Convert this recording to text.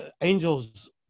angels